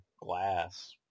Glass